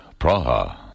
Praha